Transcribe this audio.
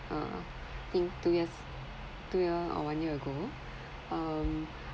uh I think two years two year or one year ago um